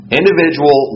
individual